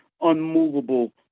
unmovable